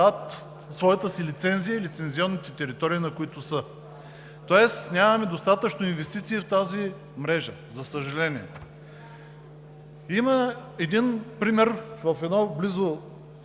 продават своята си лицензия и лицензионните територии, на които са. Тоест нямаме достатъчно инвестиции в тази мрежа, за съжаление. Има един пример – едно голямо